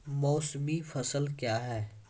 मौसमी फसल क्या हैं?